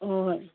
ꯍꯣꯏ ꯍꯣꯏ